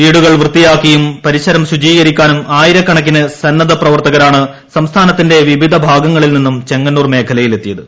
വീടുകൾ വൃത്തിയാക്കാനും പരിസരം ശുചീകരിക്കാനും ആയിരക്കണക്കിന് സന്നദ്ധ പ്രവർത്തകരാണ് സംസ്ഥാനത്തിന്റെ വിവിന ഭാഗങ്ങളിൽ നിന്നും ചെങ്ങന്നൂർ ് മേഖലയിൽ എത്തിയത്